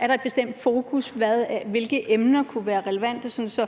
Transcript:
er et bestemt fokus, og hvilke emner der kunne være relevante,